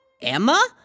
Emma